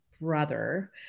brother